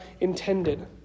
intended